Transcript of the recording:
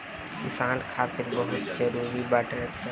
किसान खातिर बहुत जरूरी बा ट्रैक्टर